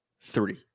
three